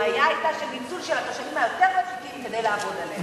הבעיה היתה ניצול של התושבים הוותיקים יותר כדי לעבוד עליהם.